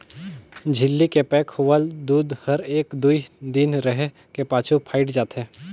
झिल्ली के पैक होवल दूद हर एक दुइ दिन रहें के पाछू फ़ायट जाथे